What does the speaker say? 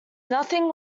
nothing